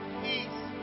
peace